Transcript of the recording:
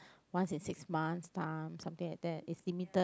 once in six months time something like that it's limited